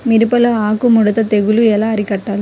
మిరపలో ఆకు ముడత తెగులు ఎలా అరికట్టాలి?